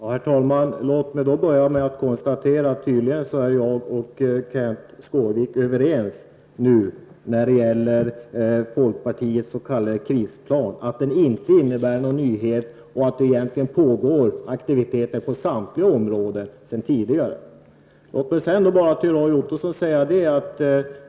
Herr talman! Låt mig börja med att konstatera att jag och Kenth Skårvik tydligen nu är överens om att folkpartiets s.k. krisplan inte innebär någon nyhet och att det egentligen sedan tidigare pågår aktiviteter på samtliga områden som denna krisplan tar upp.